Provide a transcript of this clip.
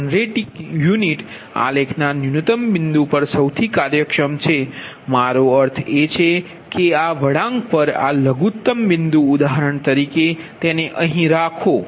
generating unit આ આલેખ ના ન્યૂનતમ બિંદુ પર સૌથી કાર્યક્ષમ છે મારો અર્થ એ છે કે આ વળાંક પર આ લઘુત્તમ બિંદુ ઉદાહરણ તરીકે તેને અહીં રાખો